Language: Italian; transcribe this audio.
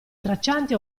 traccianti